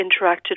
interacted